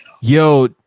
Yo